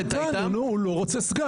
נו, הוא לא רוצה סגן.